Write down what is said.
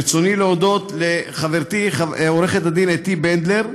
ברצוני להודות לחברתי עורכת הדין אתי בנדלר,